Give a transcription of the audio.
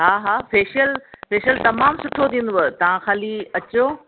हा हा facial facial तमामु सुठो थींदव तव्हां ख़ाली अचो